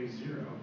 zero